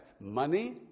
money